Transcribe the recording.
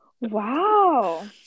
Wow